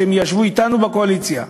כשהם ישבו אתנו בקואליציה.